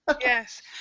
yes